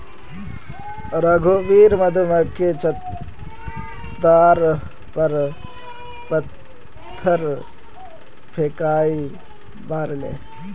रघुवीर मधुमक्खीर छततार पर पत्थर फेकई मारले